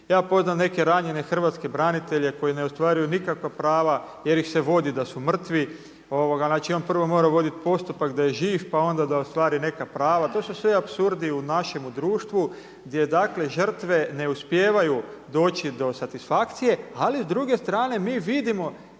ja poznam neke ranjene hrvatske branitelje koji ne ostvaruju nikakva prava jer ih se vodi da su mrtvi, znači on prvo mora voditi postupak da je živ pa onda da ostvari neka prava. To su sve apsurdi u našemu društvu gdje žrtve ne uspijevaju doći do satisfakcije, ali s druge strane mi vidimo